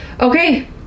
Okay